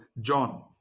John